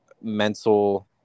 mental